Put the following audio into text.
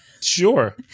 Sure